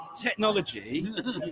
Technology